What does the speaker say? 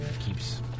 keeps